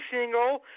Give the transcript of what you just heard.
single